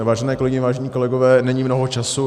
Vážené kolegyně, vážení kolegové, není mnoho času.